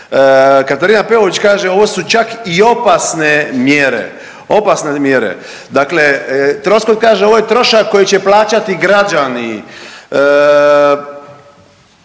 Katarina Peović kaže ovo su čak i opasne mjere, opasne mjere. Dakle, Troskot kaže ovo je trošak koji će plaćati građani.